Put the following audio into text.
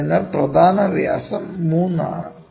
അതിനാൽ പ്രധാന വ്യാസം 3 ആണ്